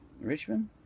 Richmond